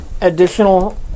Additional